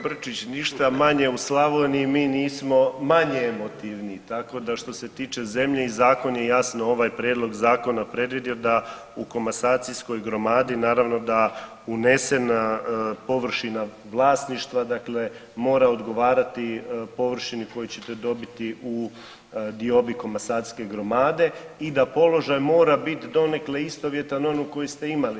Pa kolega Brčić ništa manje u Slavoniji mi nismo manje emotivni, tako da što se tiče zemlje zakon je jasno ovaj prijedloga zakona predvidio da u komasacijskoj gromadi naravno da unesena površina vlasništva mora odgovarati površini koju ćete dobiti u diobi komasacijske gromade i da položaj mora bit donekle istovjetan onom koji ste imali.